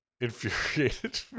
infuriated